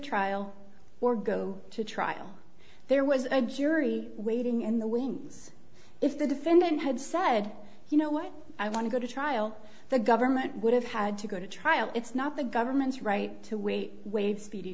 trial or go to trial there was a jury waiting in the wings if the defendant had said you know what i want to go to trial the government would have had to go to trial it's not the government's right to wait wait speedy